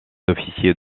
officiers